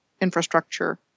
infrastructure